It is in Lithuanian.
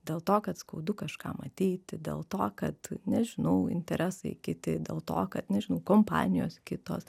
dėl to kad skaudu kažkam ateiti dėl to kad nežinau interesai kiti dėl to kad nežinau kompanijos kitos